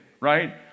right